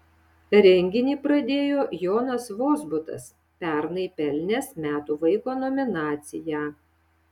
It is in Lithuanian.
renginį pradėjo jonas vozbutas pernai pelnęs metų vaiko nominaciją